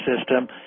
system